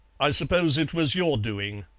i suppose it was your doing,